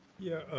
yeah,